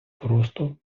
просто